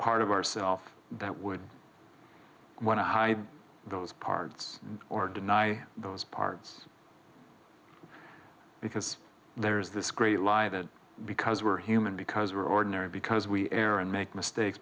part of our self that would want to hide those parts or deny those parts because there's this great lie that because we're human because we're ordinary because we err and make mistakes